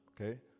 Okay